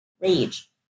rage